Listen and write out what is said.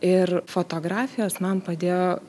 ir fotografijos man padėjo